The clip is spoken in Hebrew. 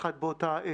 ובטח לא ביחד באותה עת.